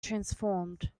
transformed